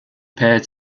perd